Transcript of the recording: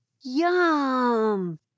Yum